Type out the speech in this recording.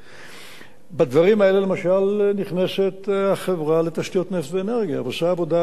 בדברים האלה למשל נכנסת החברה לתשתיות נפט ואנרגיה ועושה עבודה לתפארת.